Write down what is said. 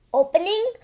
opening